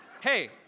Hey